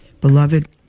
Beloved